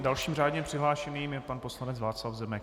Dalším řádně přihlášeným je pan poslanec Václav Zemek.